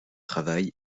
travail